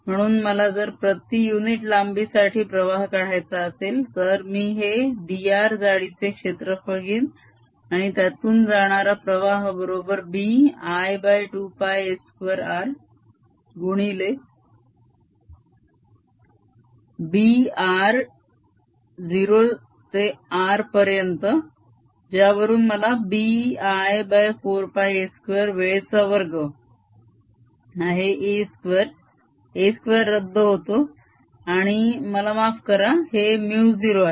म्हणून मला जर प्रती युनिट लांबी साठी प्रवाह काढायचा असेल तर मी हे dr जाडीचे क्षेत्रफळ घेईन आणि त्यातून जाणारा प्रवाह बरोबर b I2πa2 r गुणिले b r 0 ते r पर्यंत ज्यावरून मला b I4πa2 वेळेचा वर्ग आहे a2 रद्द होतो आणि मला माफ करा हे μ0 आहे